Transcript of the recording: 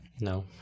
No